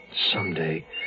Someday